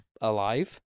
alive